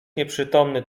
nieprzytomny